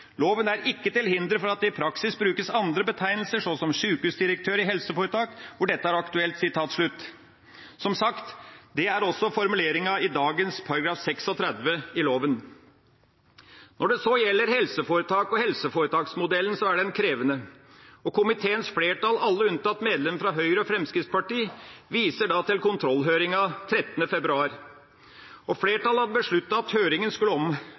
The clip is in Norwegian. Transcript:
Loven er ikke til hinder for at det i praksis brukes andre betegnelser, så som sykehusdirektør i helseforetak hvor dette er aktuelt.» Som sagt, det er også formuleringa i dagens § 36 i loven. Når det så gjelder helseforetak og helseforetaksmodellen, er den krevende. Komiteens flertall, alle unntatt medlemmene fra Høyre og Fremskrittspartiet, viser til kontrollhøringa den 13. februar. Flertallet hadde besluttet at høringa skulle